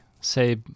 say